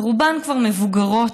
ורובן כבר מבוגרות.